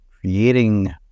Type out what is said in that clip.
creating